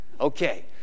Okay